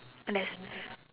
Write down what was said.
and there's